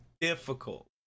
difficult